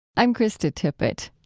i'm krista tippett.